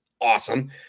awesome